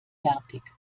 fertig